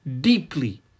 deeply